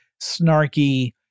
snarky